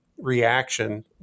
reaction